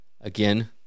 Again